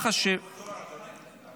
אתה תעמוד בתור, אדוני.